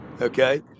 Okay